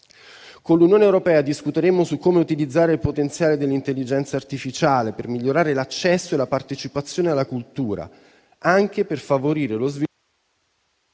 Con l'Unione europea discuteremo su come utilizzare il potenziale dell'intelligenza artificiale per migliorare l'accesso e la partecipazione alla cultura, anche per favorire lo sviluppo